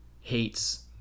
hates